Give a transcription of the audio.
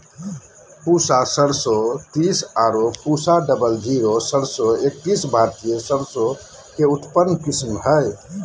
पूसा सरसों तीस आरो पूसा डबल जीरो सरसों एकतीस भारतीय सरसों के उन्नत किस्म हय